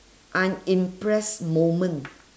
I'm impressed moment